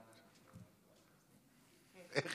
איך